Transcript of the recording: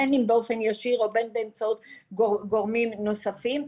בין אם באופן ישיר או בין אם באמצעות גורמים נוספים,